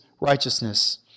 righteousness